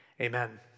amen